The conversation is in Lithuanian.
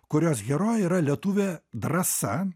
kurios herojė yra lietuvė drąsa